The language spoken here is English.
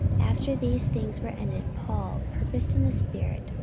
after these things were ended, paul purposed in the spirit,